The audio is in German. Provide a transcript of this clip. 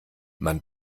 man